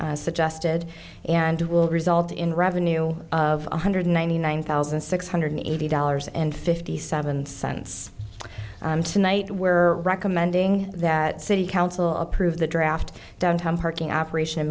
suggested and will result in revenue of one hundred ninety nine thousand six hundred eighty dollars and fifty seven cents tonight where recommending that city council approve the draft downtown parking operation